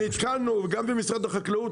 נתקלנו גם במשרד החקלאות,